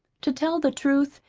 to tell the truth,